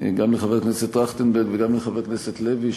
גם לחבר הכנסת טרכטנברג וגם לחבר הכנסת לוי,